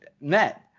met